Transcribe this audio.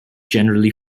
generally